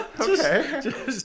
Okay